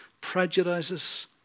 prejudices